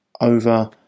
over